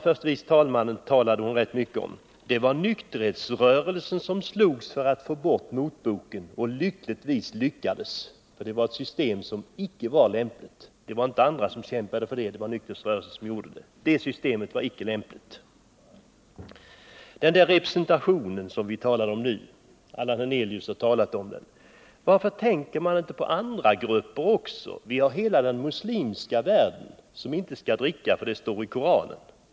Förste vice talmannen talade rätt mycket om ransonering. Det var nykterhetsrörelsen som slogs för att få bort motboken — och lyckligtvis lyckades. Det var ett system som inte var lämpligt. Det var alltså inte andra som kämpade för det, det var nykterhetsrörelsen. Vi talar här också om representationen, och Allan Hernelius har varit inne på den. Varför tänker man inte också på andra grupper? Vi har hela den muslimska världen, som inte skall dricka därför att det står i Koranen.